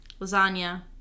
lasagna